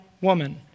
woman